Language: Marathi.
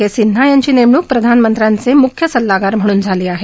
के सिन्हा यांची नेमणूक प्रधानमंत्र्यांचे मुख्य सल्लागार म्हणून झाली आहे